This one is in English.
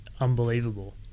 unbelievable